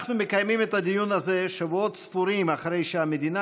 אנחנו מקיימים את הדיון הזה שבועות ספורים אחרי שהמדינה